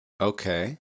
Okay